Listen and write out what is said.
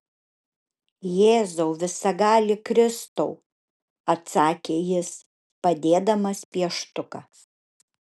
jėzau visagali kristau atsakė jis padėdamas pieštuką